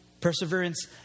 Perseverance